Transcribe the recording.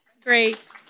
Great